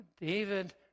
David